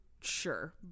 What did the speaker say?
Sure